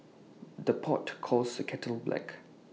the pot calls the kettle black